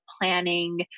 planning